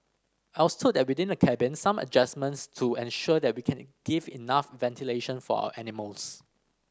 I was told that within the cabin some adjustments to ensure that we can give enough ventilation for our animals